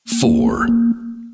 Four